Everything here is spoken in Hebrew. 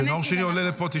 האמת, זה נכון.